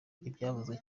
ibyavuzwe